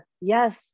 Yes